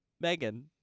Megan